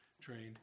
trained